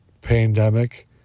pandemic